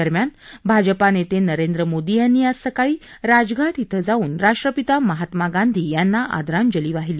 दरम्यान भाजपा नेते नरेंद्र मोदी यांनी आज सकाळी राजघाट इथं जाऊन राष्ट्रपिता महात्मा गांधी यांना आदरांजली वाहिली